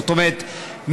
זאת אומרת,